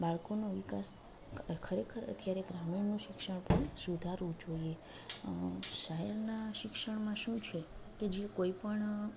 બાળકોનો વિકાસ ખરેખર અત્યારે ગ્રામીણનું શિક્ષણ સુધારવું જોઈએ શહેરના શિક્ષણમાં શું છે કે જે કોઈપણ